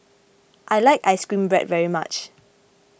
I like Ice Cream Bread very much